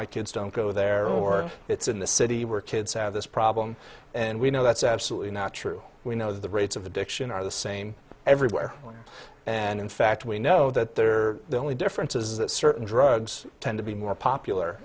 my kids don't go there or it's in the city were kids have this problem and we know that's absolutely not true we know that the rates of addiction are the same everywhere and in fact we know that they're the only difference is that certain drugs tend to be more popular